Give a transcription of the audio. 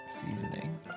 Seasoning